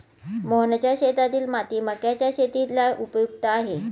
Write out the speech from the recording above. मोहनच्या शेतातील माती मक्याच्या शेतीला उपयुक्त आहे